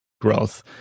growth